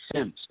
Sims